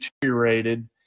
deteriorated